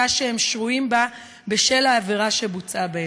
שהם שרויים בה בשל העבירה שבוצעה בהם.